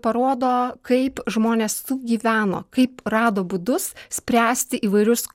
parodo kaip žmonės sugyveno kaip rado būdus spręsti įvairius